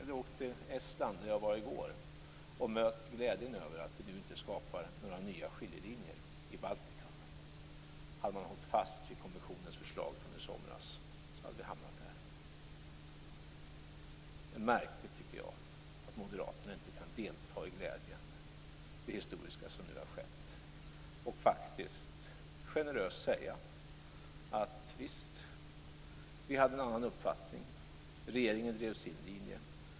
Eller åk till Estland, där jag var i går, och möt glädjen över att vi nu inte skapar nya skiljelinjer i Baltikum! Hade man hållit fast vid kommissionens förslag från i somras skulle vi ha hamnat där. Det är märkligt, tycker jag, att Moderaterna inte kan delta i glädjen över det historiska som nu har skett och faktiskt generöst säga: Visst, vi hade en annan uppfattning. Regeringen drev sin linje.